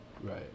Right